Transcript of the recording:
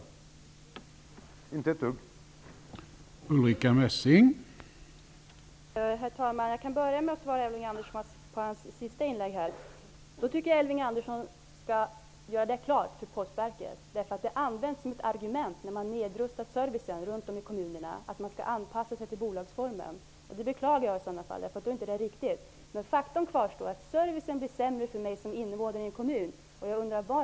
Inte ett dugg!